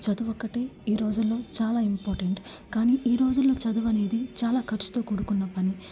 చదువు ఒక్కటి ఈరోజుల్లో చాలా ఇంపార్టెంట్ కానీ ఈ రోజుల్లో చదువు అనేది చాలా ఖర్చుతో కూడుకున్న పని